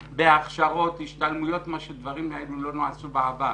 בהכשרות והשתלמויות, הדברים האלו לא נעשו בעבר.